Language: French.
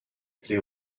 les